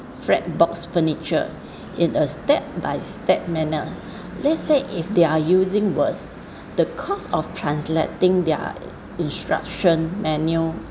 freight box furniture in a step by step manner let's say if they're using words the cost of translating their instruction manual